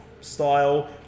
style